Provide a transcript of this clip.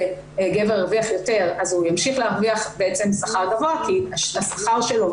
גבר הרוויח יותר אז הוא ימשיך להרוויח שכר גבוה כי משמרים את השכר שלו,